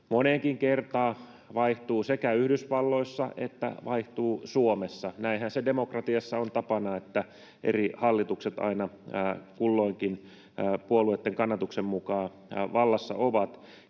moneenkin kertaan vaihtuu sekä Yhdysvalloissa että Suomessa. Näinhän se demokratiassa on tapana, että eri hallitukset aina kulloinkin puolueitten kannatuksen mukaan vallassa ovat.